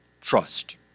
trust